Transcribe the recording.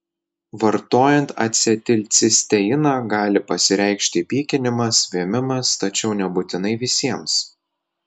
vartojant acetilcisteiną gali pasireikšti pykinimas vėmimas tačiau nebūtinai visiems